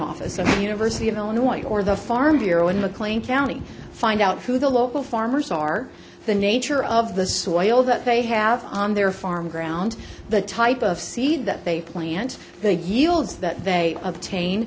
of university of illinois or the farm bureau in mclean county find out who the local farmers are the nature of the soil that they have on their farm ground the type of seed that they plant the yields that they obtain